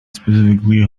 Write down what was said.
specifically